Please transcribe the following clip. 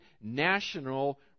national